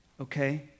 okay